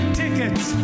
tickets